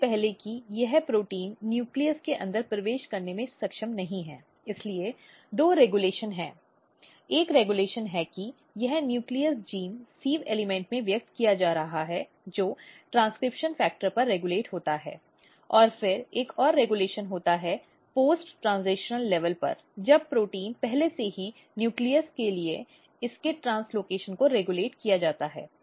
इससे पहले कि यह प्रोटीन नाभिक के अंदर प्रवेश करने में सक्षम नहीं है इसलिए दो रेगुलेशन है एक रेगुलेशन है कि यह नाभिक जीन सिव़ एलिमेंट में व्यक्त किया जा रहा है जो ट्रांसक्रिप्शन फैक्टर पर रेगुलेट होता है और फिर एक और रेगुलेशन होता है पोस्ट ट्रांसलेशनल स्तर पर जब प्रोटीन पहले से ही नाभिक के लिए इसके ट्रांसलोकेशन को रेगुलेट किया जाता है